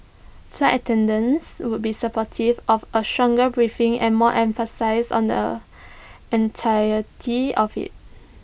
flight attendants would be supportive of A stronger briefing and more emphasis on the entirety of IT